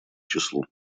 числу